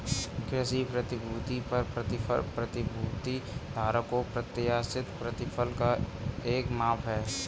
किसी प्रतिभूति पर प्रतिफल प्रतिभूति धारक को प्रत्याशित प्रतिफल का एक माप है